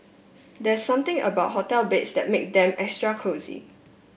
there's something about hotel beds that makes them extra cosy